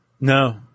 No